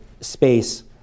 space